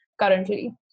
currently